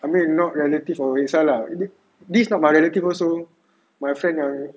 I mean not relative or tak kesah ah this not my relative also my friend yang